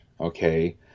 okay